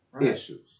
issues